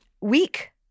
week